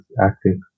acting